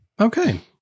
Okay